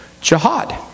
jihad